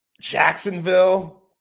Jacksonville